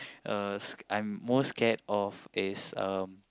uh I'm most scared of is um